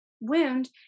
wound